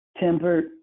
tempered